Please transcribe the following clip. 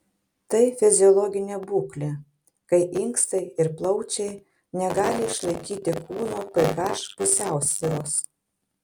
tai fiziologinė būklė kai inkstai ir plaučiai negali išlaikyti kūno ph pusiausvyros